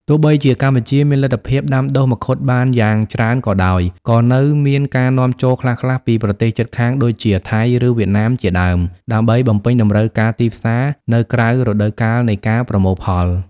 ទោះបីជាកម្ពុជាមានលទ្ធភាពដាំដុះមង្ឃុតបានយ៉ាងច្រើនក៏ដោយ ក៏នៅមានការនាំចូលខ្លះៗពីប្រទេសជិតខាងដូចជាថៃឬវៀតណាមជាដើម ដើម្បីបំពេញតម្រូវការទីផ្សារនៅក្រៅរដូវកាលនៃការប្រមូលផល